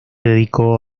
dedicó